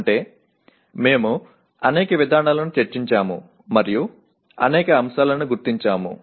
அதாவது பல நடைமுறைகளையும் பல காரணிகளையும் அடையாளம் கண்டுள்ளோம்